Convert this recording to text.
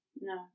No